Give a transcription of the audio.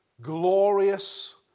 glorious